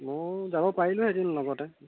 ময়ো যাব পাৰিলোঁ হেঁতেন লগতে